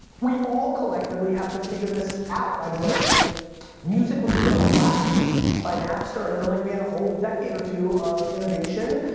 we all collectively have to figure this out. i mean like music was put on blast by napster and then like we had a whole decade or two of innovation.